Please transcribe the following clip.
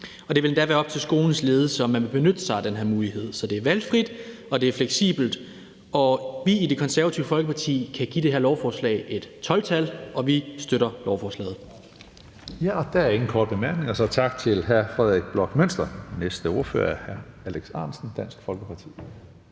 og det vil endda være op til skolens ledelse, om man vil benytte sig af den her mulighed. Så det er valgfrit, og det er fleksibelt. Vi i Det Konservative Folkeparti kan give det her lovforslag et 12-tal, og vi støtter lovforslaget. Kl. 18:34 Tredje næstformand (Karsten Hønge): Der er ingen korte bemærkninger, så tak til hr. Frederik Bloch Münster. Næste ordfører er hr. Alex Ahrendtsen, Dansk Folkeparti.